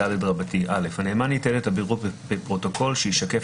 הנאמן יתעד את הבירור בפרוטוקול שישקף